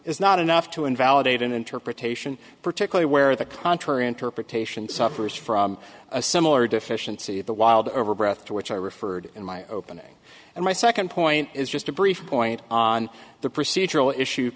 is not enough to invalidate an interpretation particularly where the contrary interpretation suffers from a similar deficiency the wild over breath to which i referred in my opening and my second point is just a brief point on the procedural issue